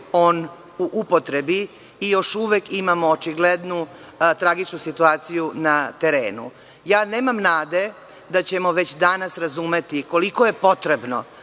on u upotrebi i još uvek imamo očiglednu tragičnu situaciju na terenu. Nemam nade da ćemo već danas razumeti koliko je potrebno